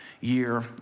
year